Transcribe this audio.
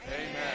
Amen